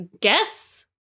guess